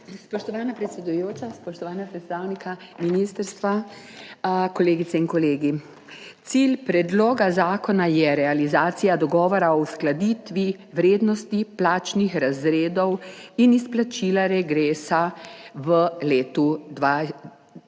Spoštovana predsedujoča, spoštovana predstavnika ministrstva, kolegice in kolegi! Cilj predloga zakona je realizacija dogovora o uskladitvi vrednosti plačnih razredov in izplačila regresa v letu 2024.